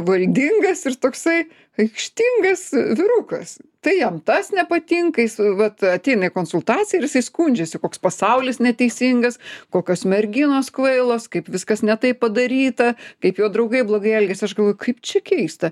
valdingas ir toksai aikštingas vyrukas tai jam tas nepatinka jis vat ateina į konsultaciją ir jisai skundžiasi koks pasaulis neteisingas kokios merginos kvailos kaip viskas ne taip padaryta kaip jo draugai blogai elgiasi aš galvoju kaip čia keista